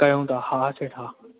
कयूं था हा सेठ हा